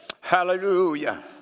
Hallelujah